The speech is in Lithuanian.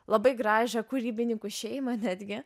labai gražią kūrybininkų šeimą netgi